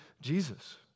Jesus